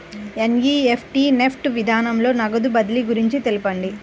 NEFT NEFT విధానంలో నగదు బదిలీ గురించి తెలుపండి?